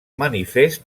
manifest